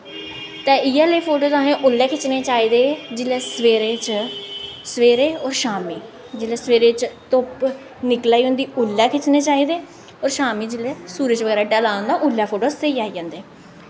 ते इ'यै लेह् फोटो असें उसलै खिच्चने चाहिदे जिसलै सवेरे सवेरे होर शाम्मी जिसले सवेरे च धुप्प निकला दी होंदी उसलै खिच्चने चाहिदे होर शाम्मी जिसलै सूरज़ बगैरा ढला दा होंदा उसलै फोटो स्हेई आई जंदे